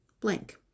blank